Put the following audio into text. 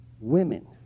women